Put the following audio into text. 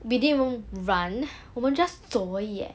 we didn't even run 我们 just 走而已 eh